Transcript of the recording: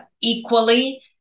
equally